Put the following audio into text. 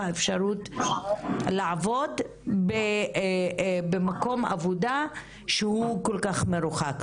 אפשרות לעבוד במקום עבודה שהוא כל כך מרוחק,